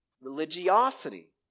religiosity